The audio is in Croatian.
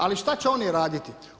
Ali što će oni raditi?